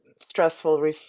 stressful